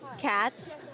cats